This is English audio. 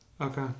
Okay